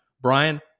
Brian